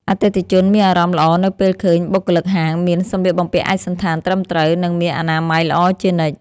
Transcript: អតិថិជនមានអារម្មណ៍ល្អនៅពេលឃើញបុគ្គលិកហាងមានសម្លៀកបំពាក់ឯកសណ្ឋានត្រឹមត្រូវ និងមានអនាម័យល្អជានិច្ច។